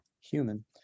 human